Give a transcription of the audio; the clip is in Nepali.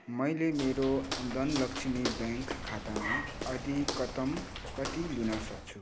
मैले मेरो धनलक्ष्मी ब्याङ्क खातामा अधिकतम कति लिन सक्छु